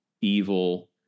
evil